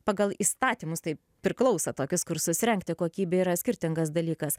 pagal įstatymus tai priklauso tokius kursus rengti kokybė yra skirtingas dalykas